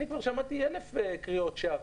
אני כבר שמעתי אלפי קריאות שווא.